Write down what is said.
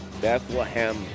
Bethlehem